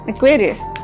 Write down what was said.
Aquarius